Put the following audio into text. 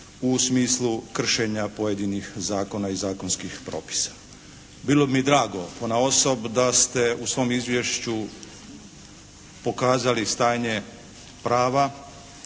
u smislu kršenja pojedinih zakona i zakonskih propisa. Bilo bi mi drago ponaosob da ste u svom izvješću pokazali stanje prava